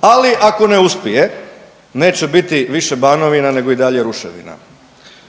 Ali ako ne uspije neće biti više Banovina nego i dalje ruševina.